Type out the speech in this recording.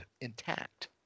intact